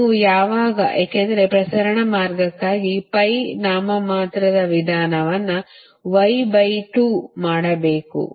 ನೀವು ಯಾವಾಗ ಏಕೆಂದರೆ ಪ್ರಸರಣ ಮಾರ್ಗಕ್ಕಾಗಿ ಪೈ ನಾಮಮಾತ್ರದ ವಿಧಾನವನ್ನು ಮಾಡಬೇಕು ಮತ್ತು